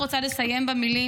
אני רק רוצה לסיים במילים